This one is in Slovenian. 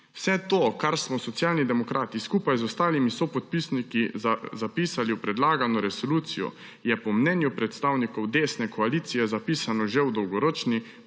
Vse to, kar smo Socialni demokrati skupaj z ostalimi sopodpisniki zapisali v predlagano resolucijo, je po mnenju predstavnikov desne koalicije zapisano že v Dolgoročni